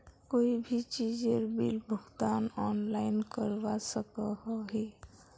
कोई भी चीजेर बिल भुगतान ऑनलाइन करवा सकोहो ही?